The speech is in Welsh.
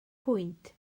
pwynt